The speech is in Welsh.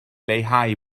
leihau